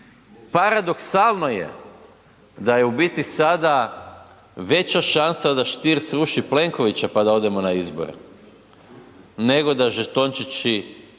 Paradoksalno je da je u biti sada veća šansa da Stier sruši Plenkovića pa da odemo na izbore, nego da žetončići